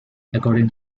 according